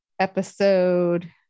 episode